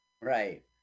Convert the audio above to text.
Right